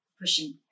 pushing